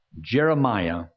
Jeremiah